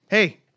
Hey